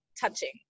touching